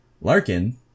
Larkin